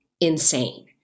insane